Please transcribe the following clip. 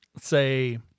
say